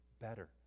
better